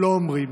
לא אומרים.